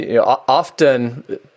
often